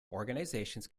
organizations